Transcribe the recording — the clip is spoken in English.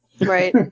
Right